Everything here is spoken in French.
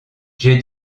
j’ai